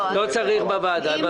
לא צריך בוועדה.